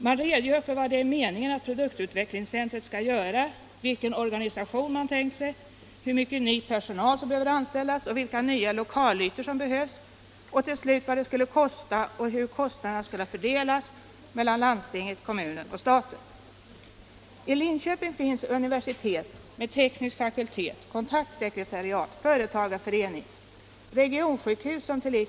Man redogör för vad det är meningen att produktutvecklingscentret skall göra, vilken organisation man tänkt sig, hur mycket ny personal som behöver anställas, vilka nya lokalytor som behövs, och till slut vad det skulle kosta och hur kostnaderna skulle fördelas mellan landstinget, kommunen och staten.